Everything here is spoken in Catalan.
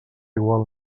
igual